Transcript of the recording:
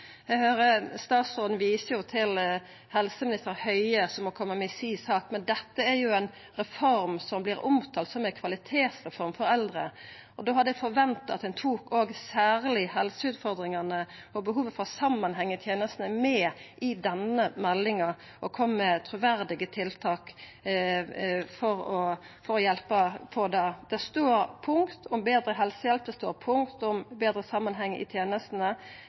Eg høyrer at statsråden viser til helseminister Høie, som må koma med si sak, men dette er jo ei reform som vert omtalt som ei kvalitetsreform for eldre, og då hadde eg forventa at ein tok særleg helseutfordringane og behova for samanheng i tenestene med i denne meldinga og kom med truverdige tiltak for å hjelpa på det. Det er punkt om betre helsehjelp, det er punkt om betre samanheng i tenestene,